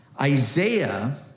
Isaiah